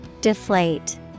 Deflate